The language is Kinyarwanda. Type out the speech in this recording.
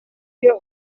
iyo